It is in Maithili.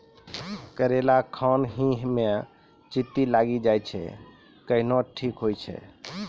करेला खान ही मे चित्ती लागी जाए छै केहनो ठीक हो छ?